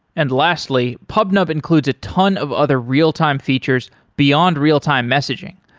and lastly, pubnub includes a ton of other real-time features beyond real-time messaging,